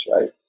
right